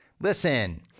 Listen